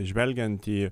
žvelgiant į